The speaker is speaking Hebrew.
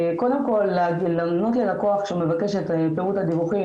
קודם כל לענות ללקוח כשהוא מבקש את פירוט הדיווחים